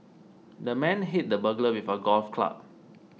the man hit the burglar with a golf club